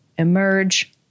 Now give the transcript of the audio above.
emerge